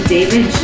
David